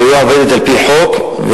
העירייה עובדת על-פי חוק,